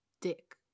dick